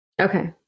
Okay